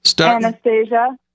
Anastasia